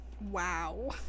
wow